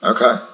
Okay